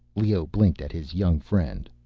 leoh blinked at his young friend.